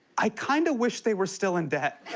i kind of wish they were still in debt.